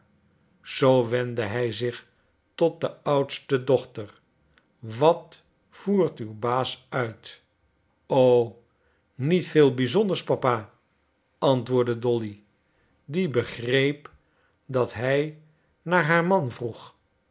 zoo wendde hij zich tot de oudste dochter wat voert uw baas uit o niet veel bizonders papa antwoordde dolly die begreep dat hij naar haar man vroeg